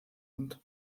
und